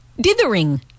dithering